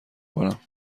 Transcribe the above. کنم